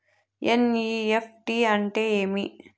NEFT అంటే ఏమి